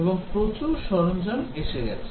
এবং প্রচুর সরঞ্জাম এসে গেছে